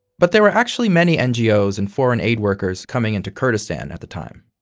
but there were actually many ngos and foreign aid workers coming into kurdistan at the time.